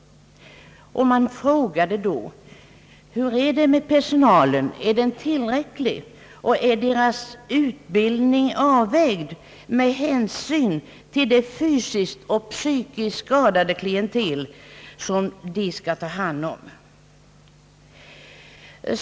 Man frågade då: Hur är det med personalen, är den tillräcklig och är utbildningen avvägd med hänsyn till det fysiskt och psykiskt skadade klientel som den skall ta hand om?